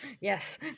Yes